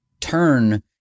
turn